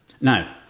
now